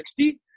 60